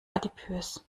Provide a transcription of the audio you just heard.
adipös